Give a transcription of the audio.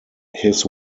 his